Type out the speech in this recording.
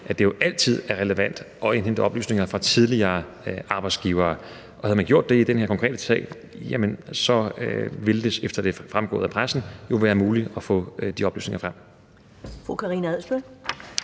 at det jo altid er relevant at indhente oplysninger fra tidligere arbejdsgivere. Og havde man gjort det i den her konkrete sag, ville det jo, efter hvad der er fremgået af pressen, have været muligt at få de oplysninger frem.